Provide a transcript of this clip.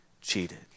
cheated